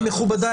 מכובדיי,